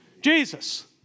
Jesus